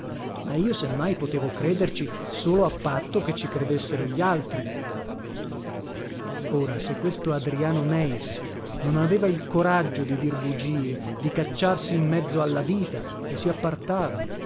ma io se mai potevo crederci solo a patto che ci credessero gli altri ora se questo adriano meis non aveva il coraggio di dir bugie di cacciarsi in mezzo alla vita e si